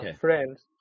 friends